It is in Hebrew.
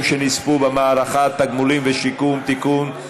שנספו במערכה (תגמולים ושיקום) (תיקון,